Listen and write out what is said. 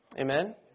Amen